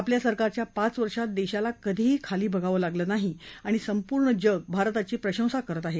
आपल्या सरकारच्या पाच वर्षात देशाला कधीही खाली बघावं लागलं नाही आणि संपूर्ण जग भारताची प्रशंसा करत आहे